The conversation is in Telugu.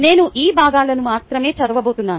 నేను ఈ భాగాలను మాత్రమే చదవబోతున్నాను